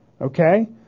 okay